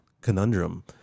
conundrum